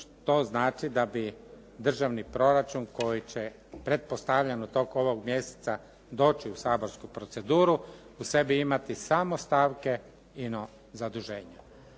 to znači da bi državni proračun koji će pretpostavljam u toku ovog mjeseca doći u saborsku proceduru u sebi imati samo stavke ino zaduženja.